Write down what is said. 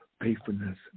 faithfulness